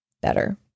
better